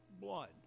blood